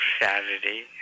Saturday